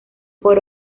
por